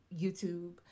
YouTube